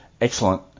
Excellent